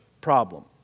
problem